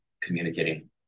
communicating